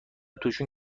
توشون